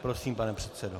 Prosím, pane předsedo.